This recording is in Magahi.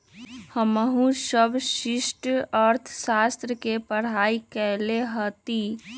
हमहु समष्टि अर्थशास्त्र के पढ़ाई कएले हति